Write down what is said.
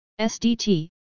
SDT